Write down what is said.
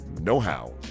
know-how